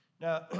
Now